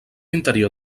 interior